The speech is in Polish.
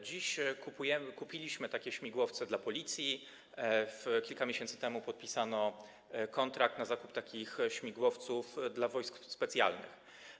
Dziś kupiliśmy takie śmigłowce dla Policji, kilka miesięcy temu podpisano kontrakt na zakup takich śmigłowców dla Wojsk Specjalnych.